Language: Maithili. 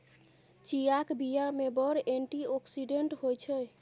चीयाक बीया मे बड़ एंटी आक्सिडेंट होइ छै